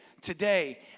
today